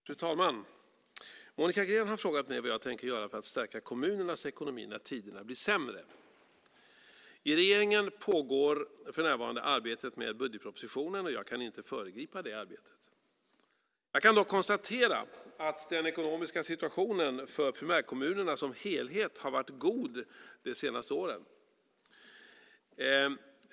Fru talman! Monica Green har frågat mig vad jag tänker göra för att stärka kommunernas ekonomi när tiderna blir sämre. I regeringen pågår för närvarande arbetet med budgetpropositionen, och jag kan inte föregripa det arbetet. Jag kan dock konstatera att den ekonomiska situationen för primärkommunerna som helhet har varit god de senaste åren.